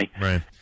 Right